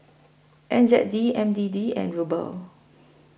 N Z D N D D and Ruble